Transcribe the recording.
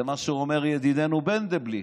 זה מה שאומר ידידנו מנדלבליט.